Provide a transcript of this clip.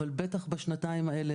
אבל בטח בשנתיים האלה,